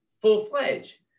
full-fledged